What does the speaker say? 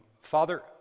Father